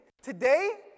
Today